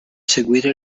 seguire